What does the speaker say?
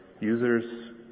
users